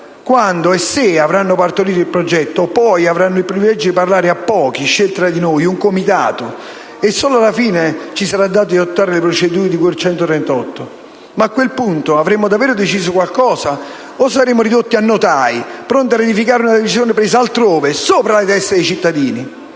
Quando e se avranno partorito il progetto, poi, avranno il privilegio di parlare a pochi, scelti tra noi, ovvero ad un Comitato, e solo alla fine ci sarà dato di adottare le procedure di cui all'articolo 138 della Costituzione. A quel punto, però, avremo davvero deciso qualcosa o saremo ridotti a notai, pronti a ratificare una decisione presa altrove, sopra le teste dei cittadini?